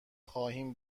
خواهیم